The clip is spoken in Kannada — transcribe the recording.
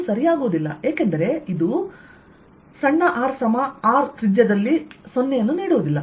ಇದು ಸರಿಯಾಗುವುದಿಲ್ಲ ಏಕೆಂದರೆ ಇದು r R ತ್ರಿಜ್ಯದಲ್ಲಿ 0 ಅನ್ನು ನೀಡುವುದಿಲ್ಲ